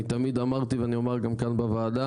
אני תמיד אמרתי ואני אומר גם כאן בוועדה,